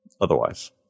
Otherwise